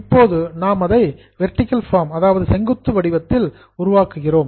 இப்போது நாம் அதை வெர்டிகல் பார்ம் செங்குத்து வடிவத்தில் உருவாக்குகிறோம்